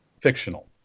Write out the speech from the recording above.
fictional